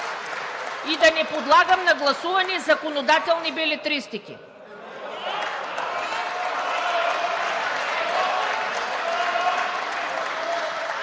и да не подлагам на гласуване законодателни белетристики.